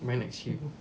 by next year